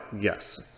yes